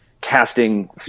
casting